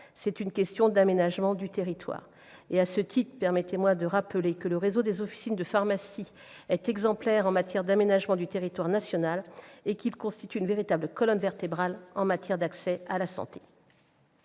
C'est une question d'aménagement du territoire- à cet égard, permettez-moi de rappeler que le réseau des officines de pharmacie est exemplaire en matière d'aménagement du territoire national et qu'il constitue une véritable colonne vertébrale en matière d'accès à la santé.